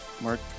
Mark